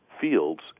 fields